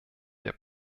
der